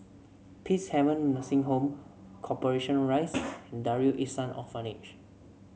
Peacehaven Nursing Home Corporation Rise and Darul Ihsan Orphanage